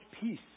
peace